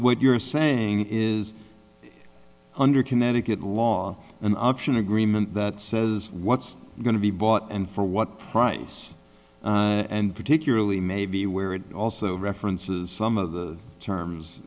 what you're saying is under connecticut law an option agreement that says what's going to be bought and for what price and particularly maybe where it also references some of the terms